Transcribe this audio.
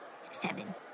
seven